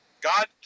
god